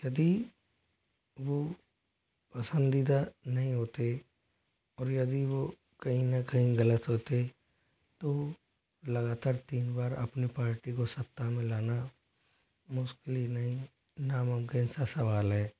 यदि वो पसंदीदा नहीं होते और यदि वो कहीं ना कहीं गलत होते तो लगातार तीन बार अपनी पार्टी को सत्ता में लाना मुश्किल ही नहीं नामुमकिन सा सवाल है